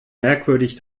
merkwürdig